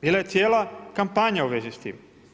Bila je cijela kampanja u vezi s tim.